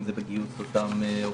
אם זה בגיוס אותם עובדות,